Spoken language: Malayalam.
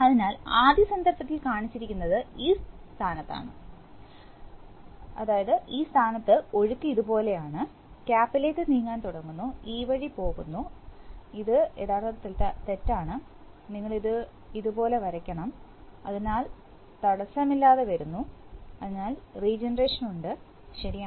അതിനാൽ ആദ്യ സന്ദർഭത്തിൽ കാണിച്ചിരിക്കുന്നത് ഈ സ്ഥാനത്ത് ഒഴുക്ക് ഇതുപോലെയാണ് ക്യാപ്പ് ലേക്ക് നീങ്ങാൻ തുടങ്ങുന്നു ഈ വഴി പോകുന്നു ഇത് യഥാർത്ഥത്തിൽ തെറ്റാണ് നിങ്ങൾ ഇത് ഇതുപോലെ വരയ്ക്കണം അതിനാൽ തടസ്സമില്ലാതെ വരുന്നു അതിനാൽ റീജനറേഷൻ ഉണ്ട് ശരിയാണ്